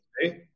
Hey